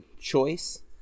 choice